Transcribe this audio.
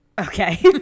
Okay